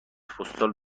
پستال